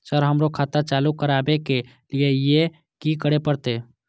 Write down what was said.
Sir हमरो खाता चालू करबाबे के ली ये की करें परते?